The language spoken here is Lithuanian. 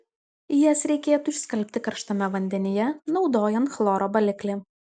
jas reikėtų išskalbti karštame vandenyje naudojant chloro baliklį